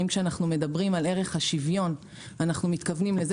האם כשאנו מדברים על ערך השוויון אנו מתכוונים לזה